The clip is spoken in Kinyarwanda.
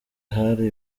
hari